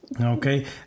okay